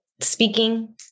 speaking